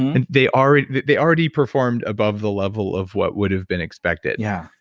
and they already they already performed above the level of what would've been expected. yeah